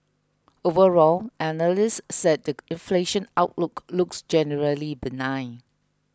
overall analysts said the inflation outlook looks generally benign